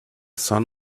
sun